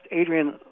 Adrian